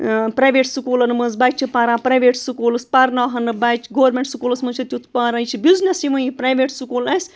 private سکوٗلَن مَنٛز بَچہِ چھِ پَران پرٛایویٹ سکوٗلَس پَرناوہنہٕ بَچہِ گورمٮ۪نٛٹ سکوٗلَس مَنٛز چھِ تیُتھ پانہٕ یہِ چھُ بِزنِس یِمَن یہِ پرٛایویٹ سکوٗل اَسہِ